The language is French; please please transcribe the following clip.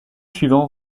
suivant